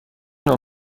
نوع